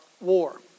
war